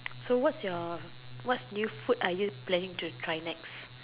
so what's your what new food are you planning to try next